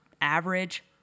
average